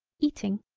eating.